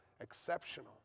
exceptional